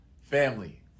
Family